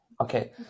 Okay